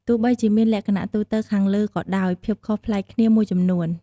ទោះបីជាមានលក្ខណៈទូទៅខាងលើក៏ដោយ ភាពខុសប្លែកគ្នាមួយចំនួន។